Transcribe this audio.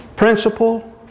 Principle